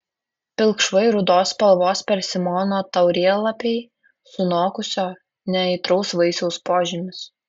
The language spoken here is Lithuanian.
pilkšvai rudos spalvos persimono taurėlapiai sunokusio neaitraus vaisiaus požymis